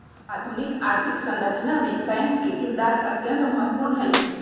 आधुनिक आर्थिक संरचना मे बैंक के किरदार अत्यंत महत्वपूर्ण हई